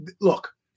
Look